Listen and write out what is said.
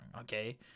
okay